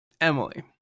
Emily